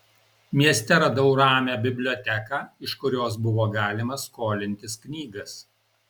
mieste radau ramią biblioteką iš kurios buvo galima skolintis knygas